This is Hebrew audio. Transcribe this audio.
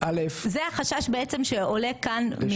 זה החשש בעצם שעולה כאן מחברי הכנסת.